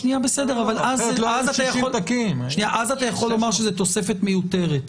אז אתה יכול לומר שזו תוספת מיותרת,